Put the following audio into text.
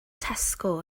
tesco